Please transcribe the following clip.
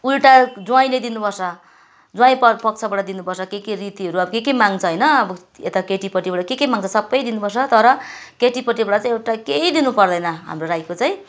उल्टा ज्वाइँले दिनुपर्छ ज्वाइँ पक्षबाट दिनुपर्छ के के रीतिहरू अब के के माग्छ होइन अब यता केटीपट्टिबाट के के माग्छ सबै दिनुपर्छ तर केटीपट्टिबाट चाहिँ एउटा केही दिनुपर्दैन हाम्रो राईको चाहिँ